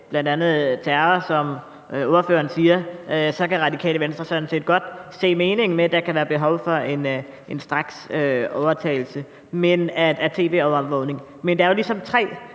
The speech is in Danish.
bl.a. terror, som ordføreren siger, så kan Radikale Venstre sådan set godt se meningen med, at der kan være behov for en straksovertagelse af tv-overvågningen. Men der skal ligesom være